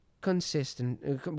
consistent